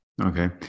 Okay